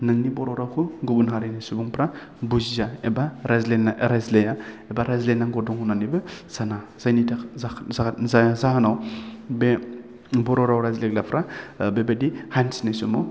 नोंनि बर' रावखौ गुबुन हारिनि सुबुंफ्रा बुजिया एबा रायज्लाय रायज्लाया बा रायज्लायनांगौ दं होन्नानैबो साना जायनि थाखा जा जा जाया जाहोनाव बे बर' राव रायज्लायग्राफ्रा बेबायदि हान्थिनाय समाव